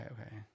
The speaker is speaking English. Okay